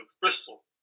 Bristol